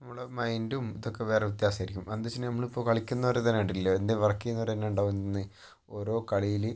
നമ്മുടെ മൈന്റും ഇതൊക്കെ വേറെ വ്യത്യാസമായിരിക്കും അത് എന്ന് വെച്ചിട്ടുണ്ടെങ്കിൽ നമ്മൾ കളിക്കുന്ന ഒരു ഇതുതന്നെ കണ്ടിട്ടില്ലേ എന്തു വർക്ക് ചെയ്യുന്നവർ തന്നെ ഉണ്ടാകും എന്ന് ഓരോ കളിയിൽ